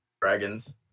dragons